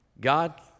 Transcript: God